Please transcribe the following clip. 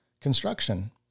construction